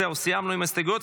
זהו, סיימנו עם ההסתייגויות.